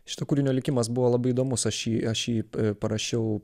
šito kūrinio likimas buvo labai įdomus aš jį aš jį parašiau